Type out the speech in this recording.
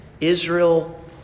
Israel